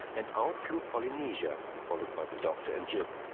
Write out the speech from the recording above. and out flew polynesia, followed by the doctor and jip.